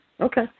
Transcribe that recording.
okay